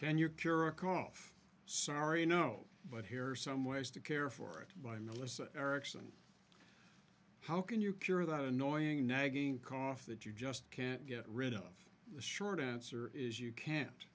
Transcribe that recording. can your cure a cough sorry no but here are some ways to care for it by melissa erickson how can you cure the annoying nagging cough that you just can't get rid of the short answer is you can't